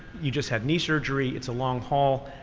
you just had knee surgery. it's a long haul.